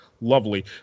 Lovely